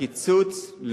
גם אם הוא קיצוץ מינהלי,